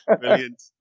Brilliant